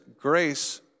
grace